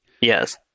Yes